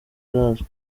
arazwi